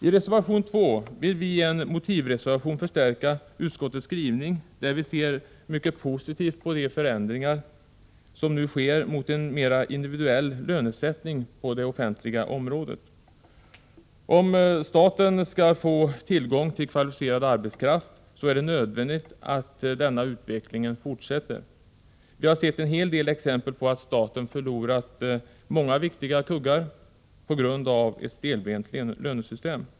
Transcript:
I reservation 2 vill vi genom en motivreservation förstärka utskottets skrivning; vi ser mycket positivt på de förändringar som nu sker mot en mer individuell lönesättning på det offentliga området. Om staten skall få tillgång till kvalificerad arbetskraft, är det nödvändigt att denna utveckling fortsätter. Vi har sett en hel del exempel på att staten förlorat viktiga kuggar på grund av ett stelbent lönesystem.